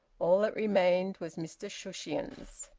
all that remained was mr shushions.